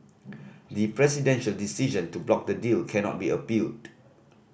the presidential decision to block the deal cannot be appealed